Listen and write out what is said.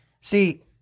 See